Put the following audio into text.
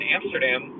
Amsterdam